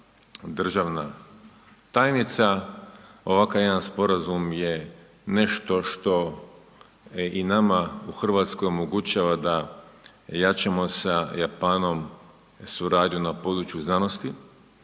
državna tajnica. Ovakav jedan sporazum je nešto što i nama u Hrvatskoj omogućava da jačamo sa Japanom suradnju na području znanosti,